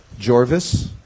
Jorvis